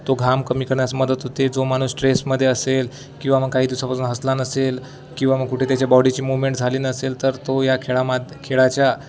तो घाम कमी करण्यास मदत होते जो माणूस स्ट्रेसमध्ये असेल किंवा मग काही दिवसापासून हसला नसेल किंवा मग कुठे त्याच्या बॉडीची मुवमेंट झाली नसेल तर तो या खेळाम खेळाच्या